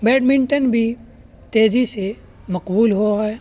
bed منٹن بھی تیزی سے مقبول ہوا ہے